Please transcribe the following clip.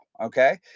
Okay